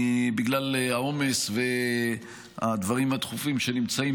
בגלל העומס והדברים הדחופים שנמצאים,